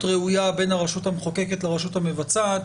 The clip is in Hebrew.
ראויה בין הרשות המחוקקת לרשות המבצעת.